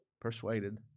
persuaded